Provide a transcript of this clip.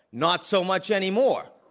not so much anymore,